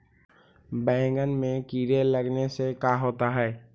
बैंगन में कीड़े लगने से का होता है?